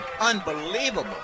Unbelievable